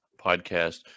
podcast